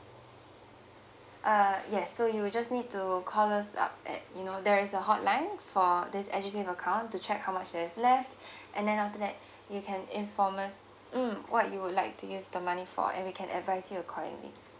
uh yes so you just need to call us up at you know there is the hotline for the edusave account to check how much there is left and then after that you can inform us mm what you would like to use the money for and we can advise you accordingly